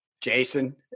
Jason